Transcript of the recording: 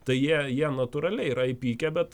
tai jie jie natūraliai yra įpykę bet